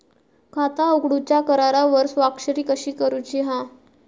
खाता उघडूच्या करारावर स्वाक्षरी कशी करूची हा?